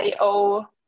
IO